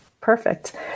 perfect